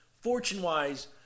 fortune-wise